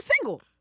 single